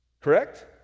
Correct